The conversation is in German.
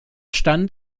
stand